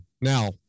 Now